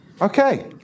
Okay